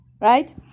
Right